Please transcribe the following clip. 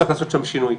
צריך לעשות שם שינוי.